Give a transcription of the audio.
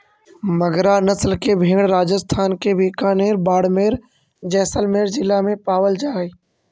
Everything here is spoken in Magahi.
मगरा नस्ल के भेंड़ राजस्थान के बीकानेर, बाड़मेर, जैसलमेर जिला में पावल जा हइ